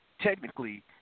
technically